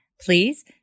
Please